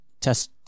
test